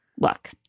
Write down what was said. look